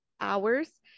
hours